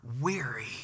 weary